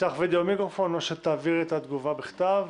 תפתח וידאו או מיקרופון או שתעביר את התגובה בכתב.